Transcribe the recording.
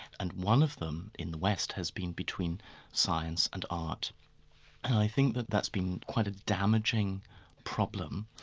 and one of them in the west has been between science and art, and i think that that's been quite a damaging problem.